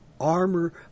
armor